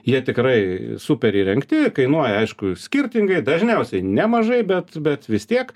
jie tikrai super įrengti kainuoja aišku skirtingai dažniausiai nemažai bet bet vis tiek